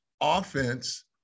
offense